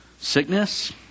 sickness